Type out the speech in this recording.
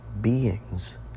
beings